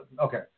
okay